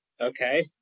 Okay